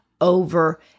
over